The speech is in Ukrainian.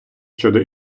щодо